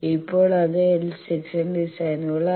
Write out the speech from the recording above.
ഇപ്പോൾ അത് L section ഡിസൈനുകളായിരുന്നു